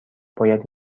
باید